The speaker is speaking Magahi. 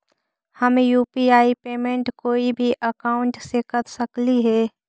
हम यु.पी.आई पेमेंट कोई भी अकाउंट से कर सकली हे?